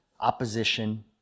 opposition